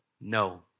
No